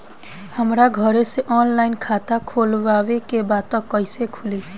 हमरा घरे से ऑनलाइन खाता खोलवावे के बा त कइसे खुली?